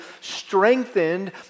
strengthened